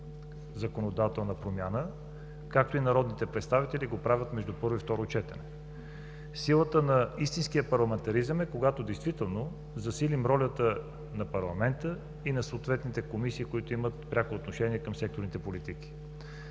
законодателна промяна, както и народните представители го правят между първо и второ четене. Силата на истинския парламентаризъм е когато действително засилим ролята на парламента и на съответните комисии, които имат пряко отношение към секторните политики.